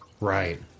Right